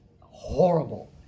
horrible